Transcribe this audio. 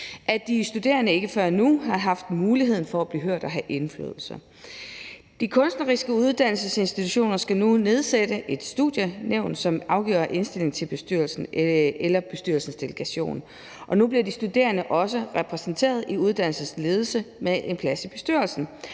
at de studerende ikke før nu har haft muligheden for at blive hørt og have indflydelse. De kunstneriske uddannelsesinstitutioner skal nu nedsætte et studienævn, som afgiver indstilling til bestyrelsen eller på bestyrelsens delegation. Og nu bliver de studerende også repræsenteret i uddannelsens ledelse med en plads i bestyrelsen.